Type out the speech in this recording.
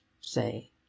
say